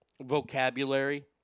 vocabulary